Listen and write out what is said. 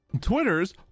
Twitter's